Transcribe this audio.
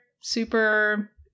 super